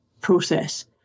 process